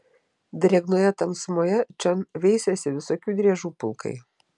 drėgnoje tamsumoje čion veisėsi visokių driežų pulkai